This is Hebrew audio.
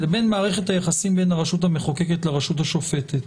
לבין מערכת היחסים בין הרשות המחוקקת לרשות השופטת.